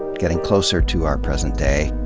getting closer to our present day.